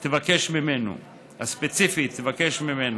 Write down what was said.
תבקש ממנו.